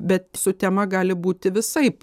bet su tema gali būti visaip